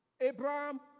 Abraham